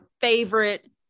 favorite